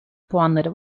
puanları